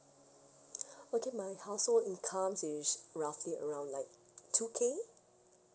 okay my household income is roughly around like two K